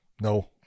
No